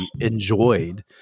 enjoyed